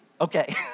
Okay